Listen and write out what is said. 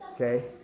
okay